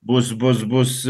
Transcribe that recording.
bus bus bus